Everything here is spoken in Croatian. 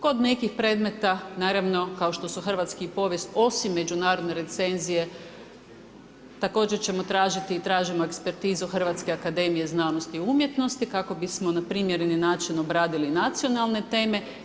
Kod nekih predmeta naravno kao što su hrvatski i povijest osim međunarodne recenzije također ćemo tražiti i tražimo ekspertizu Hrvatske akademije znanosti i umjetnosti kako bismo na primjereni način obradili nacionalne teme.